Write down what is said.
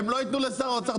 הם לא יתנו לשר האוצר,